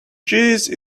cheese